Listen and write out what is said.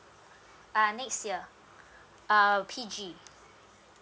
uh next year uh P_G